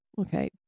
okay